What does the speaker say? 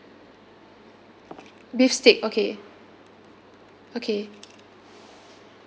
beef steak okay okay